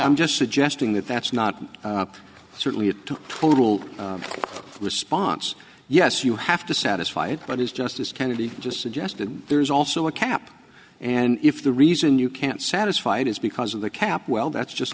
i'm just suggesting that that's not certainly a total response yes you have to satisfy it but is justice kennedy just suggested there's also a cap and if the reason you can't satisfy it is because of the cap well that's just